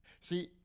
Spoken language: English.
See